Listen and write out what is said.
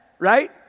right